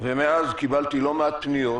ומאז קיבלתי לא מעט פניות